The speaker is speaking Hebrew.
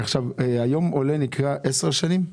היום עולה נחשב עולה במשך עשר שנים?